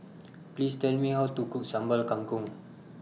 Please Tell Me How to Cook Sambal Kangkong